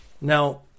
Now